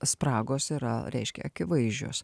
spragos yra reiškia akivaizdžios